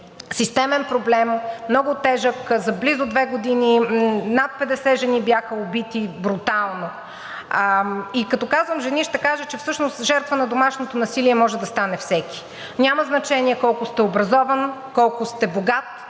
системен проблем, много тежък. За близо две години над 50 жени бяха убити брутално. И като казвам жени, ще кажа, че всъщност жертва на домашното насилие може да стане всеки, няма значение колко сте образован, колко сте богат,